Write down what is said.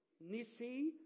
Nisi